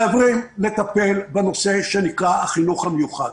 חייבים לטפל בנושא שנקרא חינוך מיוחד.